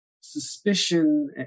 suspicion